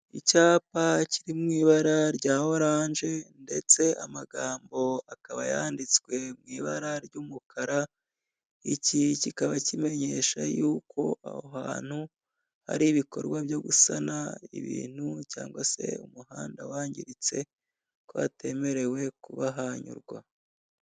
Icyapa kiri mu ibara rya oranje, ndetse amagambo akaba yanditswe mu ibara ry'umukara, iki kikaba kimenyesha yuko aho hantu, hari ibikorwa byo gusana ibintu cyangwa se umuhanda wangiritse, ko hatemerewe kuba hanyurwa.